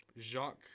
Jacques